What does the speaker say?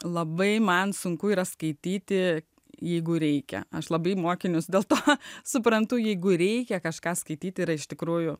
labai man sunku yra skaityti jeigu reikia aš labai mokinius dėl to suprantu jeigu reikia kažką skaityti ir iš tikrųjų